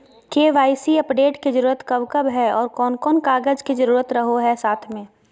KYC update के जरूरत कब कब है और कौन कौन कागज के जरूरत रहो है साथ में?